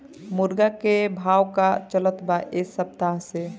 मुर्गा के भाव का चलत बा एक सप्ताह से?